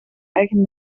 eigen